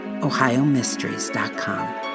OhioMysteries.com